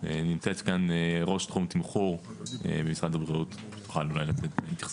נמצאת כאן ראש תחום תמחור במשרד הבריאות שתוכל אולי לתת התייחסות.